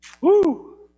Woo